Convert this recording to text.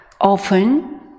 often